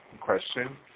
question